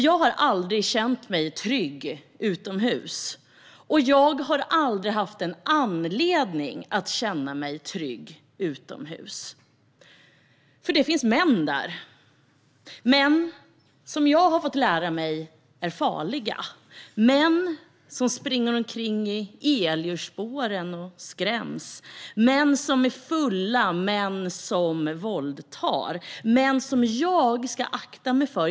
Jag har aldrig känt mig trygg utomhus, och jag har aldrig haft anledning att känna mig trygg utomhus. Det finns män där - män som jag har fått lära mig är farliga, män som springer omkring och skräms i elljusspåret, män som är fulla, män som våldtar, män som jag ska akta mig för.